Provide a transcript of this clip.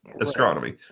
astronomy